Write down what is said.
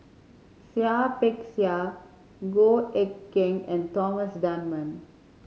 Seah Peck Seah Goh Eck Kheng and Thomas Dunman